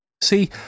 See